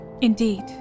Indeed